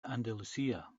andalusia